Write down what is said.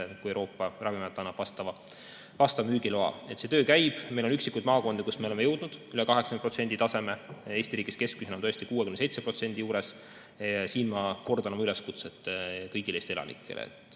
kui Euroopa Ravimiamet annab vastava müügiloa. See töö käib. Meil on üksikuid maakondi, kus me oleme jõudnud üle 80% taseme, Eesti riigis keskmisena oleme tõesti 67% juures. Ma kordan siin oma üleskutset kõigile Eesti elanikele: